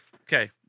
Okay